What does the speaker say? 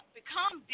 become